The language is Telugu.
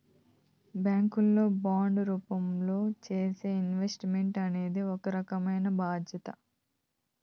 బ్యాంక్ లో బాండు రూపంలో చేసే ఇన్వెస్ట్ మెంట్ అనేది ఒక రకమైన భద్రత